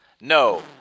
No